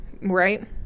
right